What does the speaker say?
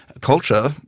culture